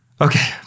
okay